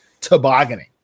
tobogganing